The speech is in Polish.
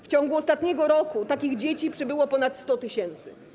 W ciągu ostatniego roku takich dzieci przybyło ponad 100 tys.